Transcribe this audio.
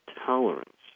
tolerance